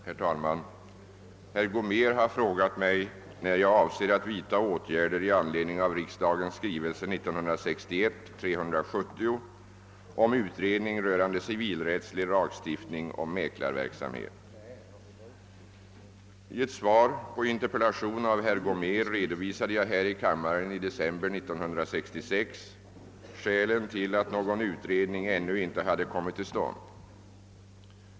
Herr talman! Herr Gomér har frågat mig när jag avser att vidta åtgärder i anledning av riksdagens skrivelse 1961: 370 om utredning rörande civilrättslig lagstiftning om mäklarverksamhet. I ett svar på interpellation av herr Gomér redovisade jag här i kammaren i december 1966 skälen för att någon utredning ännu inte hade kommit till stånd.